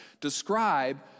describe